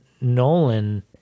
Nolan